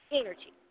energy